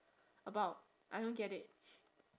about I don't get it